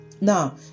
Now